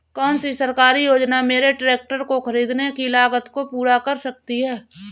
कौन सी सरकारी योजना मेरे ट्रैक्टर को ख़रीदने की लागत को पूरा कर सकती है?